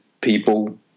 people